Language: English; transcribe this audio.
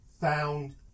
found